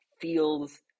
feels